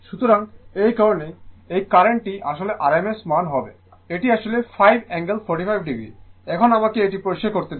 সুতরাং এই কারণেই এই কারেন্ট টি আসলে rms মান হবে এটি আসলে 5 অ্যাঙ্গেল 45o এখন আমাকে এটি পরিষ্কার করতে দিন